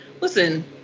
listen